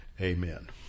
amen